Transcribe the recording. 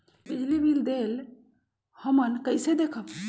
बिजली बिल देल हमन कईसे देखब?